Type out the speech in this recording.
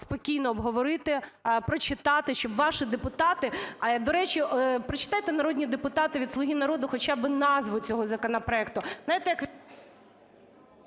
спокійно обговорити, прочитати, щоб ваші депутати... До речі, прочитайте, народні депутати від "Слуги народу", хоча би назву цього законопроекту.